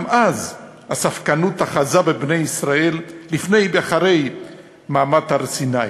גם אז הספקנות אחזה בבני ישראל לפני ואחרי מעמד הר-סיני.